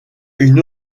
une